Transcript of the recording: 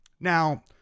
Now